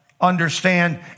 understand